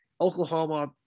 Oklahoma